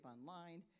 online